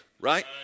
right